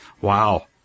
Wow